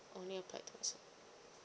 only applied to myself